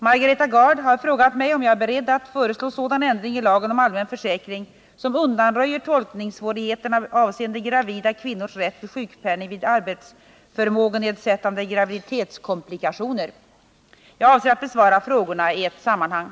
Margareta Gard har frågat mig om jag är beredd att föreslå sådan ändring i lagen om allmän försäkring som undanröjer tolkningssvårigheterna avseende gravida kvinnors rätt till sjukpenning vid arbetsförmågenedsättande gravidi tetskomplikationer. Nr 40 Jag avser att besvara frågorna i ett sammanhang.